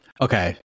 Okay